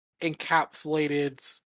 encapsulated